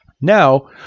Now